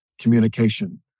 communication